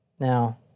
Now